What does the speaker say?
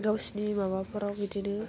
गावसिनि माबाफोराव बिदिनो